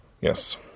Yes